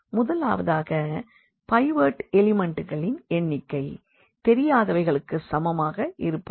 முதலாவதாக பைவோட் எலிமண்ட்டுகளின் எண்ணிக்கை தெரியாதவைகளுக்கு சமமாக இருப்பது